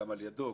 גם על ידו,